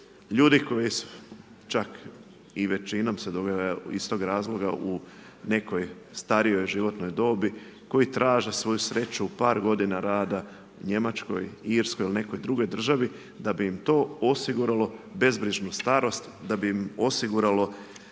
ljudi koji čak i većinom se događa iz tog razloga u nekojoj starijoj životnoj dobi koji traže svoju sreću u par godina rada, Njemačkoj, Irskoj ili nekoj drugoj državi da bi im to osiguralo bezbrižnu starost, da bi im osiguralo